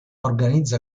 organizza